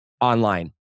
online